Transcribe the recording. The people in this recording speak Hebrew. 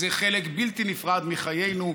זה חלק בלתי נפרד מחיינו,